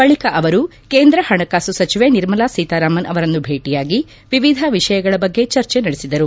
ಬಳಿಕ ಅವರು ಕೇಂದ್ರ ಪಣಕಾಸು ಸಚಿವೆ ನಿರ್ಮಲಾ ಸೀತಾರಾಮನ್ ಅವರನ್ನು ಭೇಟಿಯಾಗಿ ವಿವಿಧ ವಿಷಯಗಳ ಬಗ್ಗೆ ಚರ್ಚೆ ನಡೆಸಿದರು